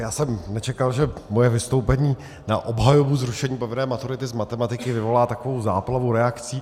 Já jsem nečekal, že moje vystoupení na obhajobu zrušení povinné maturity z matematiky vyvolá takovou záplavu reakcí.